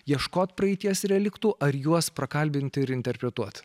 ieškot praeities reliktų ar juos prakalbinti ir interpretuot